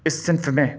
اِس صنف میں